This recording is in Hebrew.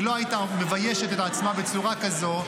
היא לא הייתה מביישת את עצמה בצורה כזו.